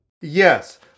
yes